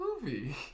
movie